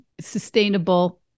sustainable